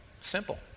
Simple